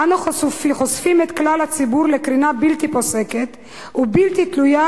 אנו חושפים את כלל הציבור לקרינה בלתי פוסקת ובלתי תלויה